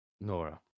Nora